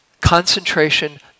Concentration